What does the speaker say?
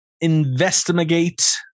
investigate